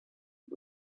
but